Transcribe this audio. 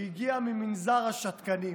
שהגיע ממנזר השתקנים.